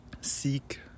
seek